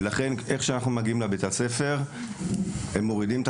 ומיד כשאנחנו מגיעים לבית הספר הם מורידים את